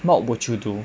what would you do